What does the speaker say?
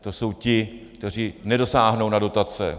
To jsou ti, kteří nedosáhnou na dotace.